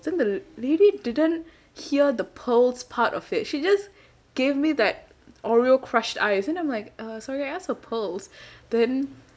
then the lady didn't hear the pearls part of it she just gave me that oreo crushed ice then I'm like uh sorry I asked for pearls then